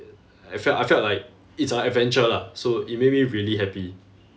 I felt I felt like it's a adventure lah so it made me really happy